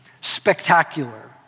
spectacular